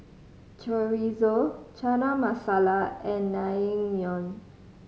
Chorizo Chana Masala and Naengmyeon